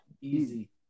easy